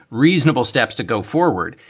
reasonable steps to go forward.